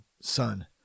son